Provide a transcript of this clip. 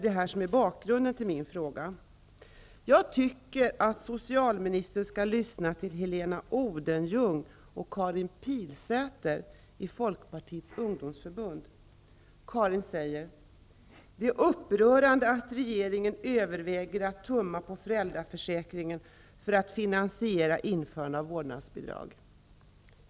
Det är bakgrunden till min fråga. Odenljung och Karin Pilsäter i Folkpartiets ungdomsförbund. Karin Pilsäter säger: Det är upprörande att regeringen överväger att tumma på föräldraförsäkringen för att finansiera införande av vårdnadsbidrag.